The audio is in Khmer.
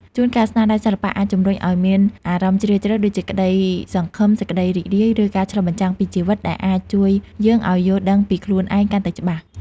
ជួនកាល ស្នាដៃសិល្បៈអាចជំរុញឲ្យមានអារម្មណ៍ជ្រាលជ្រៅ ដូចជាក្តីសង្ឃឹម សេចក្តីរីករាយ ឬការឆ្លុះបញ្ចាំងពីជីវិត ដែលអាចជួយយើងឲ្យយល់ដឹងពីខ្លួនឯងកាន់តែច្បាស់។